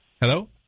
Hello